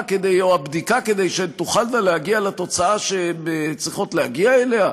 או הבדיקה כדי שהן תוכלנה להגיע לתוצאה שהן צריכות להגיע אליה?